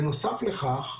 בנוסף לכך,